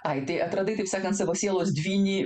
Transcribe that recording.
ai tai atradai taip sakant savo sielos dvynį